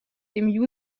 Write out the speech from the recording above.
dem